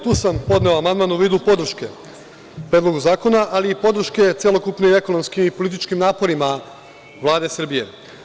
Tu sam podneo amandman u vidu podrške Predlogu zakona, ali i podrške celokupnim ekonomskim i političkim naporima Vlade Srbije.